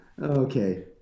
Okay